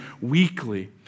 weekly